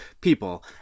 people